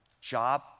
job